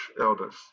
elders